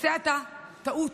אתה עושה טעות,